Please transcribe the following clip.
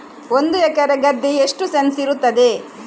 ಒಂದು ಎಕರೆ ಗದ್ದೆ ಎಷ್ಟು ಸೆಂಟ್ಸ್ ಇರುತ್ತದೆ?